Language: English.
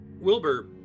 Wilbur